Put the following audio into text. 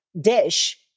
dish